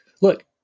look